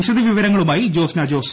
വിശദവിവരങ്ങളുമായി ജോസ്ന ജോസ്